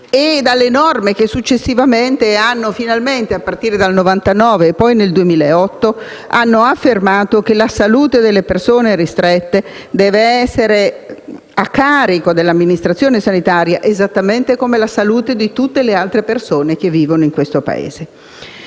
e dalle norme che successivamente, a partire dal 1999, e poi nel 2008, hanno finalmente affermato che la salute delle persone ristrette deve essere a carico dell'amministrazione sanitaria, esattamente come la salute di tutte le altre persone che vivono in questo Paese.